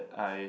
I